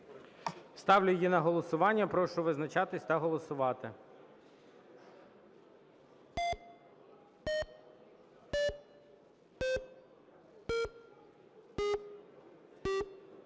Ставлю на голосування 1443. Прошу визначатися та голосувати.